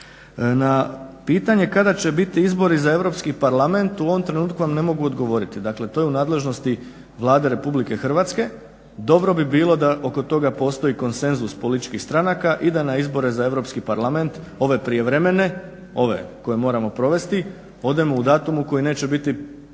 Na pitanje kada će biti izbori za Europski parlament u ovom trenutku vam ne mogu odgovoriti, dakle to je u nadležnosti Vlade Republike Hrvatske. Dobro bi bilo da oko toga postoji konsenzus političkih stranaka i da na izbore za Europski parlament, ove prijevremene, ove koje moramo provesti odemo u datumu oko kojega neće biti